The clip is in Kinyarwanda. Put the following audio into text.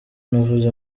navuze